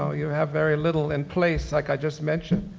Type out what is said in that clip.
ah you have very little in place, like i just mentioned.